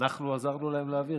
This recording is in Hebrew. אנחנו עזרנו להם להעביר,